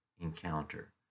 encounter